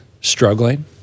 struggling